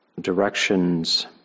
directions